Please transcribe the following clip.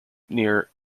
near